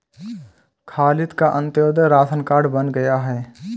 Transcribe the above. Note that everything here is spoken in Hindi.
खालिद का अंत्योदय राशन कार्ड बन गया है